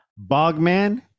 Bogman